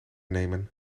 nemen